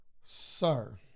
Sir